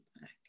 back